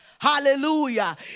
hallelujah